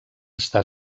està